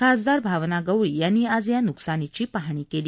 खासदार भावना गवळी यांनी आज या न्कसानीची पाहणी केली